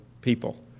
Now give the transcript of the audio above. people